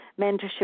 Mentorship